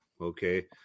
Okay